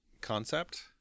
concept